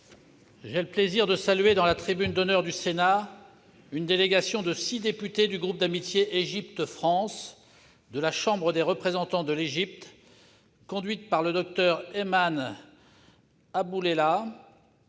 j'ai le plaisir de saluer, dans la tribune d'honneur du Sénat, une délégation de six députés du groupe d'amitié Égypte-France de la Chambre des représentants de l'Égypte, conduite par le Dr Ayman Aboul Ela.